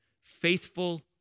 faithful